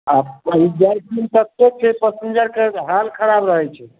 आब पाली जाइत छथिन ततेक छै पसिञ्जरके जे हाल खराब रहैत छै